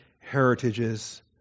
heritages